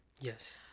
Yes